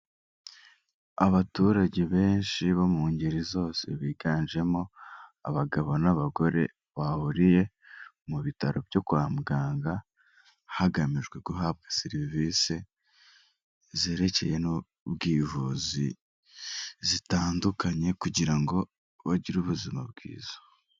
Abaturage benshi bo mu ngeri zose biganjemo abagabo n'abagore bahuriye mu bitaro byo kwa muganga, hagamijwe guhabwa serivisi zerekeye n'ubwivuzi zitandukanye kugira ngo bagire ubuzima bwiza.